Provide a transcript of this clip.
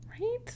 Right